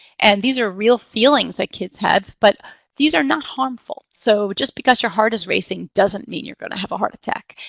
and these are real feelings that kids have, but these are not harmful. so just because your heart is racing doesn't mean you're going to have a heart attack.